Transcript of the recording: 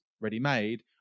ready-made